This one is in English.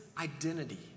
identity